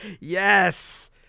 yes